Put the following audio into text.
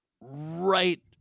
right